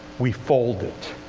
we fold it,